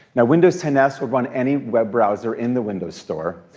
now windows ten s will run any web browser in the windows store,